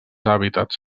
hàbitats